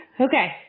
Okay